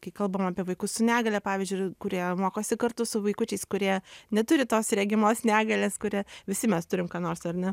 kai kalbam apie vaikus su negalia pavyzdžiui ir kurie mokosi kartu su vaikučiais kurie neturi tos regimos negalės kurią visi mes turim ką nors ar ne